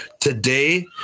today